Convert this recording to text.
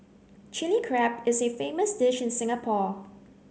Chilli Crab is a famous dish in Singapore